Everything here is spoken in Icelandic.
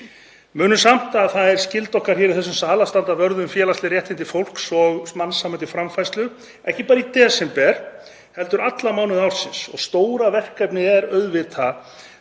Munum samt að það er skylda okkar hér í þessum sal að standa vörð um félagsleg réttindi fólks og mannsæmandi framfærslu, ekki bara í desember heldur alla mánuði ársins, og stóra verkefnið er auðvitað